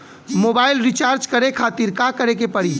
Mobile recharge करे खातिर का करे के पड़ी?